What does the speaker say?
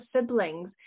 siblings